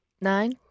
Nine